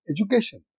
education